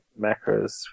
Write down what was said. macros